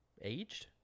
aged